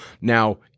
Now